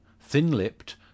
thin-lipped